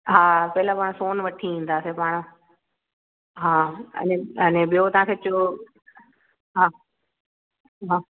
हा पहिला पाण सोन वठी ईंदासीं पाण हा अने अने ॿियो तव्हांखे चो हा हा